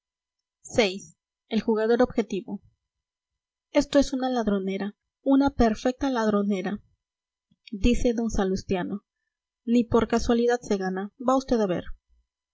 vi el jugador objetivo esto es una ladronera una perfecta ladronera dice d salustiano ni por casualidad se gana va usted a ver